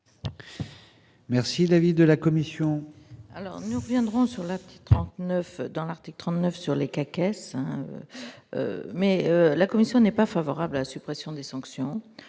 Merci l'avis de la commission.